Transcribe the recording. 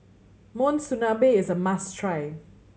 monsunabe is a must try